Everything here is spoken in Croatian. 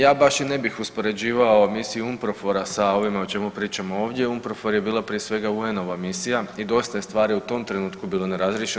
Ja baš i ne bih uspoređivao misiju UNPROFOR-a sa ovime o čemu pričamo ovdje, UNPROFOR je bila prije svega UN-ova misija i dosta je stvari u tom trenutku bilo nerazriješeno.